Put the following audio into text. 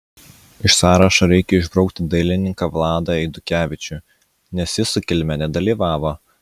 iš sąrašo reikia išbraukti dailininką vladą eidukevičių nes jis sukilime nedalyvavo